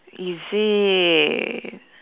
is it